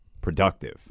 productive